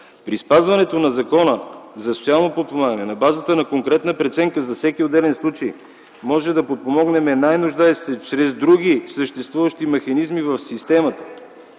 При спазването на Закона за социално подпомагане, на базата на конкретна преценка за всеки отделен случай, можем да подпомогнем най-нуждаещите се чрез други съществуващи механизми в системата.